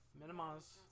minimize